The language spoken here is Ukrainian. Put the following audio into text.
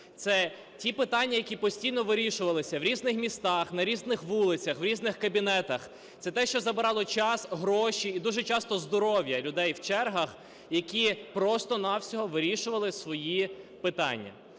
це ті питання, які постійно вирішувалися в різних містах, на різних вулицях, в різних кабінетах. Це те, що забирало час, гроші і дуже часто здоров'я людей в чергах, які просто навсього вирішували свої питання.